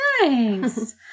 Thanks